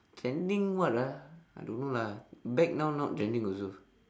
trending what ah I don't know lah bag now not trending also